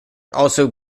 also